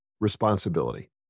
responsibility